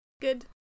Good